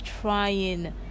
trying